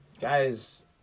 Guys